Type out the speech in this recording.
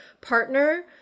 partner